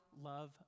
love